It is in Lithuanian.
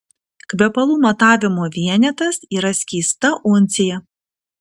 kvepalų matavimo vienetas yra skysta uncija